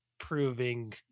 proving